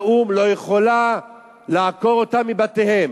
אמנת האו"ם, לא יכולה לעקור אותם מבתיהם,